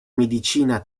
medicina